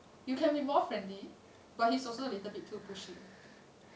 you can be more friendly but he's also a little bit too pushy